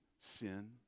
sin